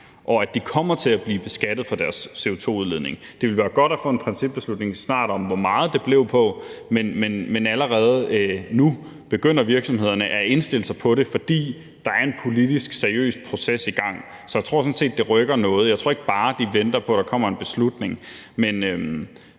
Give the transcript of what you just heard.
og at de kommer til at blive beskattet for deres CO2-udledning. Det ville være godt at få en principbeslutning snart om, hvor meget det bliver, men allerede nu begynder virksomhederne at indstille sig på det, fordi der er en seriøs politisk proces i gang. Så jeg tror sådan set, det rykker noget; jeg tror ikke bare, at de venter på, at der kommer en beslutning. Men